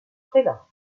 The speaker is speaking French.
prélats